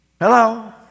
Hello